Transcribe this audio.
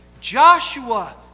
Joshua